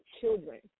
children